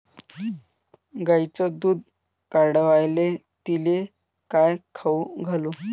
गायीचं दुध वाढवायले तिले काय खाऊ घालू?